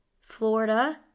Florida